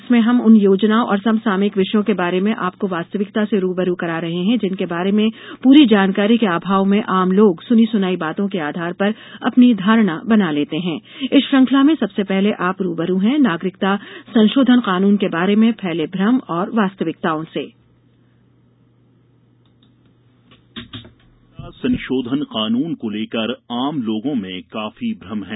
इसमें हम उन योजनाओं और समसामयिक विषयों के बारे में आपको वास्तविकता से रूबरू करा रहे हैं जिनके बारे में पूरी जानकारी के अभाव में आम लोग सुनी सुनाई बातों के आधार पर अपनी धारणा बना लेते हैं इस श्रृंखला में सबसे पहले आप रूबरू हैं नागरिकता संशोधन कानून के बारे में फैले भ्रम और वास्तविकताओं से नागरिकता संशोधन कानून को लेकर आम लोगों में काफी भ्रम है